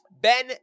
Ben